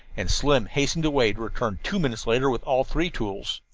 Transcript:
and slim hastened away, to return two minutes later with all three tools.